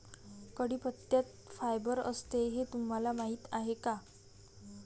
कढीपत्त्यात फायबर असते हे तुम्हाला माहीत आहे का?